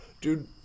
Dude